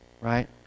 right